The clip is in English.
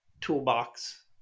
toolbox